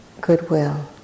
goodwill